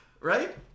Right